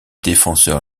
défenseur